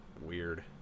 Weird